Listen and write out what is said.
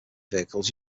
vehicles